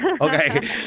okay